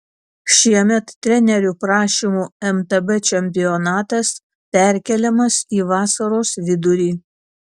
šiemet trenerių prašymų mtb čempionatas perkeliamas į vasaros vidurį